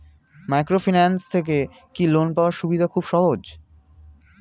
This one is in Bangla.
মাইক্রোফিন্যান্স থেকে কি লোন পাওয়ার সুবিধা খুব সহজ?